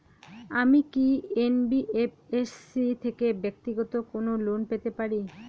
আমি কি এন.বি.এফ.এস.সি থেকে ব্যাক্তিগত কোনো লোন পেতে পারি?